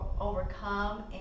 overcome